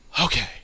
okay